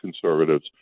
conservatives